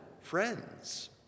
friends